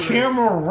Camera